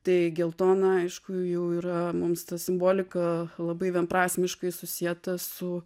tai geltona aišku jau yra mums ta simbolika labai vienprasmiškai susieta su